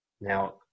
Now